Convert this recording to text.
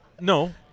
no